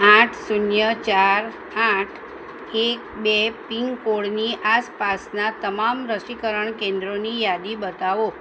આઠ શૂન્ય ચાર આઠ એક બે પીનકોડની આસપાસનાં તમામ રસીકરણ કેન્દ્રોની યાદી બતાવો